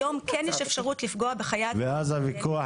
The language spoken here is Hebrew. היום כן יש אפשרות לפגוע בחיית בר --- ואז הוויכוח